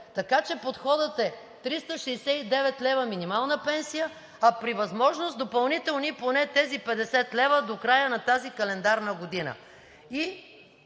Така че подходът е 369 лв. минимална пенсия, а при възможност допълнителни поне тези 50 лв. до края на тази календарна година.